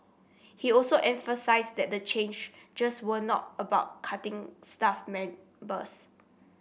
he also emphasised that the changes were not about cutting staff members